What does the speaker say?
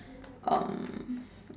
um